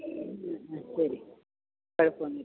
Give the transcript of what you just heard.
എന്നാൽ ആ ശരി കുഴപ്പമൊന്നും ഇല്ല